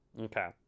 Okay